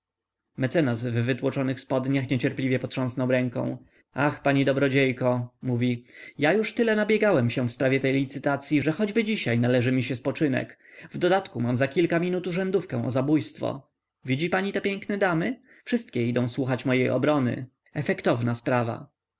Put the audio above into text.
mecenas w wytłoczonych spodniach niecierpliwie potrząsa ręką ach pani dobrodziejko mówi ja już tyle nabiegałem się w sprawie tej licytacyi że choćby dzisiaj należy mi spoczynek w dodatku mam za kilka minut urzędówkę o zabójstwo widzi pani te piękne damy wszystkie idą słuchać mojej obrony efektowna sprawa